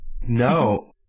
No